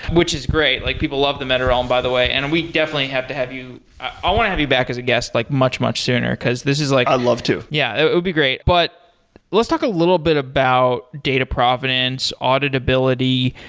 which is great, like people love the meta-realm by the way, and we definitely have to have you i want to have you back as a guest like much, much sooner, because this is like i love to. yeah, it'd be great. but let's talk a little bit about data providence, auditability.